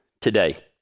today